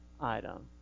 item